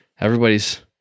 Everybody's